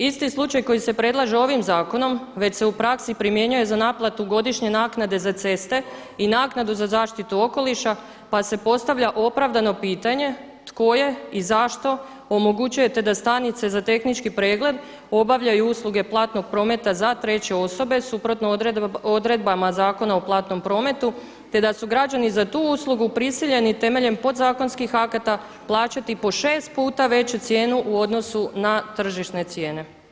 Isti slučaj koji se predlaže ovim zakonom već se u praksi primjenjuje za naplatu godišnje naknade za ceste i naknadu za zaštitu okoliša pa se postavlja opravdano pitanje tko je i zašto omogućujete da stanice za tehnički pregled obavljaju usluge platnog prometa za treće osobe suprotno odredbama Zakona o platnom prometu te da su građani za tu uslugu prisiljeni temeljem podzakonskih akata plaćati po 6 puta veću cijenu u odnosu na tržišne cijene.